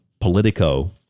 Politico